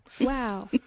Wow